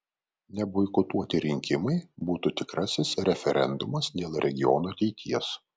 neboikotuoti rinkimai būtų tikrasis referendumas dėl regiono ateities